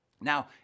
Now